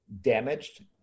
damaged